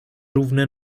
równe